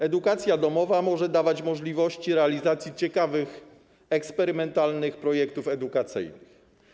Edukacja domowa może dawać możliwości realizacji ciekawych eksperymentalnych projektów edukacyjnych.